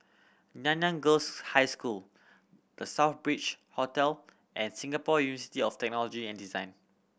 Nanyang Girls' High School The Southbridge Hotel and Singapore University of Technology and Design